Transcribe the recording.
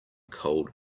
cold